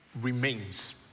remains